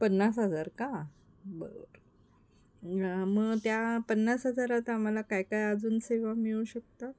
पन्नास हजार का बरं मग त्या पन्नास हजारात आम्हाला काय काय अजून सेवा मिळू शकतात